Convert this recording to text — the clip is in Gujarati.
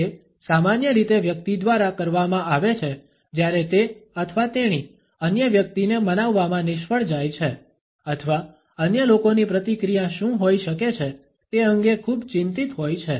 તે સામાન્ય રીતે વ્યક્તિ દ્વારા કરવામાં આવે છે જ્યારે તે અથવા તેણી અન્ય વ્યક્તિને મનાવવામાં નિષ્ફળ જાય છે અથવા અન્ય લોકોની પ્રતિક્રિયા શું હોઈ શકે છે તે અંગે ખૂબ ચિંતિત હોય છે